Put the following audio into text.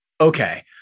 okay